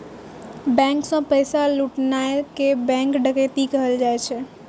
bank सं पैसा लुटनाय कें बैंक डकैती कहल जाइ छै